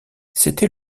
c’était